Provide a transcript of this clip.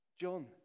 John